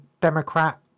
democrat